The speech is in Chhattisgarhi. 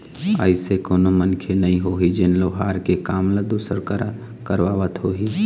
अइसे कोनो मनखे नइ होही जेन लोहार के काम ल दूसर करा करवात होही